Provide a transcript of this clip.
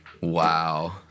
wow